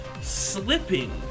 slipping